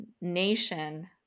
nation